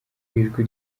ijwi